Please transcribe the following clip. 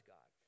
God